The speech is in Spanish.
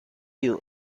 you